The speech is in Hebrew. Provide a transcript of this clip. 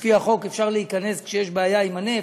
לפי החוק אפשר להיכנס כשיש בעיה עם הנפט,